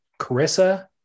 carissa